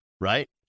right